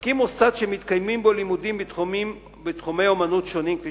כי מוסד שמתקיימים בו לימודים בתחומי אמנות שונים כפי